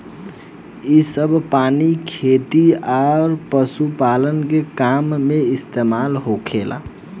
इ सभ पानी खेती आ पशुपालन के काम में इस्तमाल होखेला